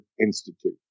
Institute